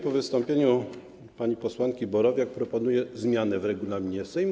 Po wystąpieniu pani posłanki Borowiak proponuję zmianę w regulaminie Sejmu.